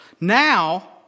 now